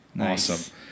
Awesome